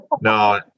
No